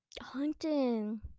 hunting